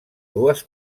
dues